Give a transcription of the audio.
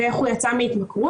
ואיך הוא יצא מהתמכרות.